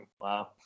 Wow